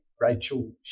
Rachel